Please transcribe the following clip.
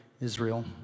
Israel